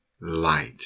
light